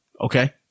okay